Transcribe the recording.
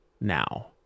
now